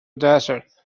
desert